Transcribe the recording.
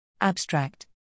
ABSTRACT